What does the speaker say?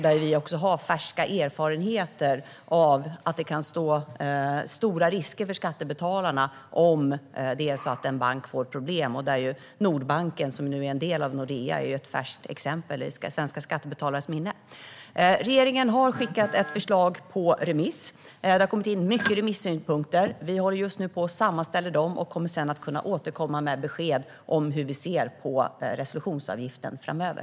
Vi har också färska erfarenheter av att det kan vara stora risker för skattebetalarna om en bank får problem. Nordbanken, som nu är en del av Nordea, är ett färskt exempel i svenska skattebetalares minne. Regeringen har skickat ut ett förslag på remiss. Det har kommit in många remissynpunkter. Vi håller just nu på att sammanställa dem och kommer sedan att kunna återkomma med besked om hur vi ser på resolutionsavgiften framöver.